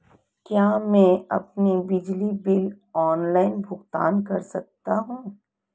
क्या मैं अपना बिजली बिल ऑनलाइन भुगतान कर सकता हूँ?